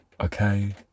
Okay